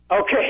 Okay